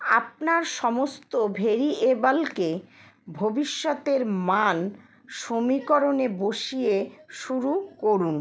আপনার সমস্ত ভেরিয়েবলকে ভবিষ্যতের মান সমীকরণে বসিয়ে শুরু করুন